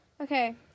Okay